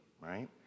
right